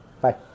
Bye